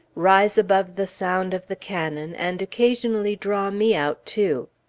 rise above the sound of the cannon, and occasionally draw me out, too.